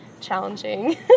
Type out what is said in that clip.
challenging